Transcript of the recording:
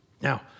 Now